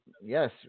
yes